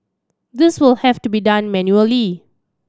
this will have to be done manually